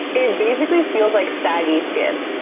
it basically feels like saggy skin